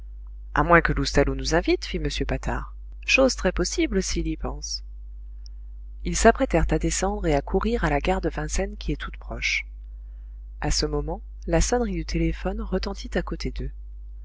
a moins que loustalot nous invite fit m patard chose très possible s'il y pense ils s'apprêtèrent à descendre et à courir à la gare de vincennes qui est toute proche a ce moment la sonnerie du téléphone retentit à côté d'eux